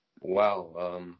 Wow